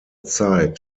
zeit